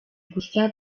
gusa